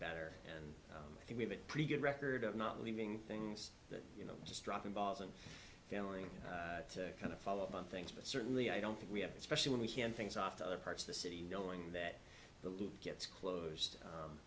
better and i think we've been pretty good record of not leaving things that you know just dropping balls and failing to kind of follow up on things but certainly i don't think we have especially when we can things off to other parts of the city knowing that the loop gets closed